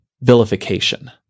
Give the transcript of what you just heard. vilification